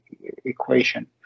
equation